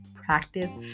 practice